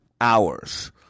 hours